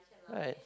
right